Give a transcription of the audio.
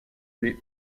les